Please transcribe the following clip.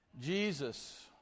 Jesus